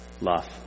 love